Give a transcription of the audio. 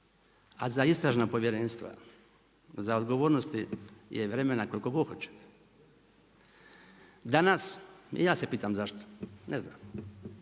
a za istražna povjerenstva, za odgovornosti je vremena koliko god hoćete. Danas, i ja se pitam zašto, ne znam,